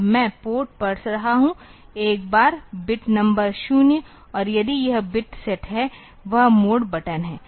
अब मैं पोर्ट पढ़ रहा हूं एक बार बिट नंबर 0 और यदि वह बिट सेट है वह मोड बटन है